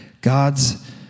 God's